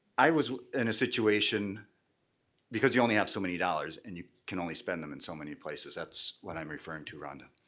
i was in a situation because you only have so many dollars and you can only spend them in so many places. that's what i'm referring to, rhonda.